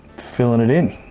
filling it in.